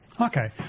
okay